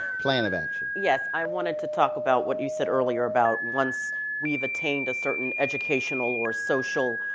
plan of action. yes. i wanted to talk about what you said earlier about once we've attained a certain educational or social